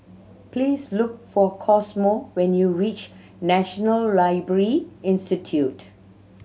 please look for Cosmo when you reach National Library Institute